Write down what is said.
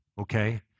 okay